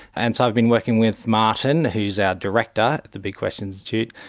and so i've been working with martin who is our director at the big questions institute,